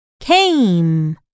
Came